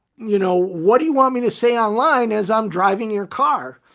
you know, what do you want me to say online as i'm driving your car?